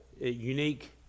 unique